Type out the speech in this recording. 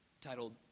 Titled